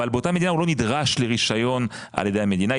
באותה מדינה הוא לא נדרש לרישיון על ידי המדינה.